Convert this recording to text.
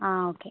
ആ ഓക്കെ